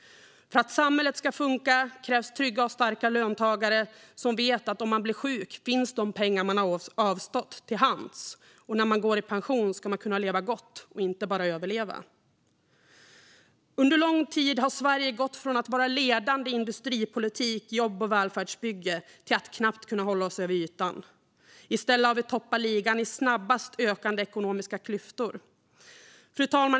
För att samhället ska funka krävs trygga och starka löntagare som vet att om man blir sjuk finns de pengar man har avstått till hands. Och när man går i pension ska man kunna leva gott, inte bara överleva. Under lång tid har vi i Sverige gått från att vara ledande i industripolitik, jobb och välfärdsbygge till att knappt kunna hålla oss över ytan. I stället toppar vi ligan i snabbast ökande ekonomiska klyftor. Fru talman!